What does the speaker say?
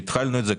כשהתחלנו את זה,